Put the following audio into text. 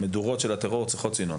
המדורות של הטרור חייבות צינון.